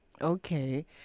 okay